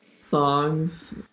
songs